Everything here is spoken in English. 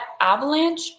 avalanche